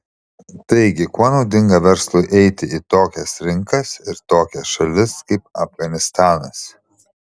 taigi kuo naudinga verslui eiti į tokias rinkas ir tokias šalis kaip afganistanas